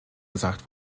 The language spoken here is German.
gesagt